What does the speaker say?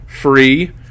free